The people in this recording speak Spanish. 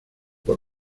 por